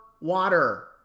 water